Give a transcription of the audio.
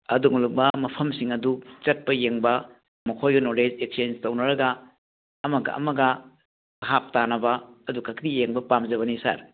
ꯑꯗꯨꯒꯨꯝꯂꯕ ꯃꯐꯝꯁꯤꯡ ꯑꯗꯨ ꯆꯠꯄ ꯌꯦꯡꯕ ꯃꯈꯣꯏꯒ ꯅꯣꯂꯦꯖ ꯑꯦꯛꯆꯦꯟꯁ ꯇꯧꯅꯔꯒ ꯑꯃꯒ ꯑꯃꯒ ꯚꯥꯞ ꯇꯥꯅꯕ ꯑꯗꯨꯈꯛꯇ ꯌꯦꯡꯕ ꯄꯥꯝꯖꯕꯅꯤ ꯁꯥꯔ